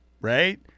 right